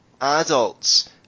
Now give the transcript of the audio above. adults